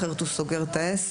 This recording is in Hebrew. אחרת הוא סוגר את העסק,